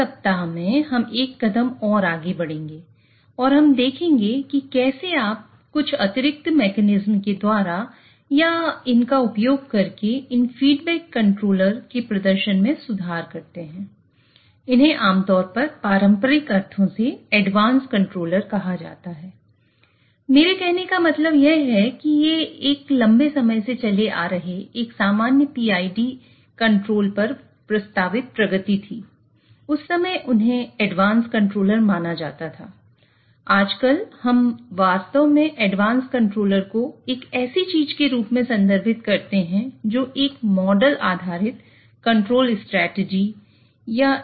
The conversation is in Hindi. इस सप्ताह में हम एक कदम और आगे बढ़ेंगे और हम देखेंगे कि कैसे आप कुछ अतिरिक्त मैकेनिज्म के द्वारा या इनका उपयोग करके इन फीडबैक कंट्रोलर कहूंगा